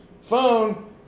phone